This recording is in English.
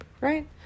right